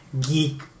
geek